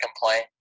complain